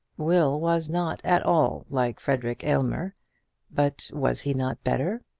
will was not at all like frederic aylmer but was he not better?